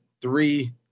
three